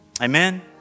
Amen